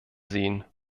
sehen